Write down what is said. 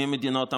ממדינות המערב.